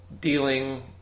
dealing